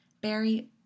Barry